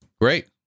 Great